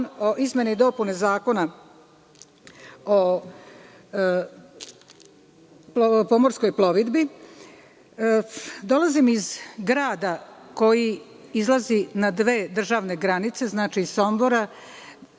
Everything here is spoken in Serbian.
o izmenama i dopunama Zakon o pomorskoj plovidbi. Dolazim iz grada koji izlazi na dve državne granice, znači Sombora,